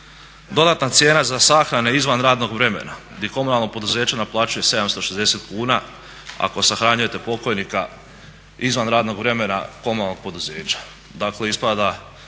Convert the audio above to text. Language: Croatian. dodatna cijena za sahrane izvan radnog vremena, gdje komunalno poduzeće naplaćuje 760 kuna ako sahranjujete pokojnika izvan radnog vremena komunalnog poduzeća.